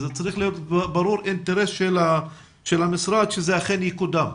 צריך להיות ברור שהאינטרס של המשרד הוא שזה אכן יקודם.